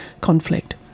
conflict